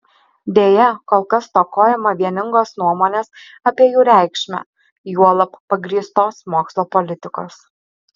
deja kol kas stokojama vieningos nuomonės apie jų reikšmę juolab pagrįstos mokslo politikos